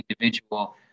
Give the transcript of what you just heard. individual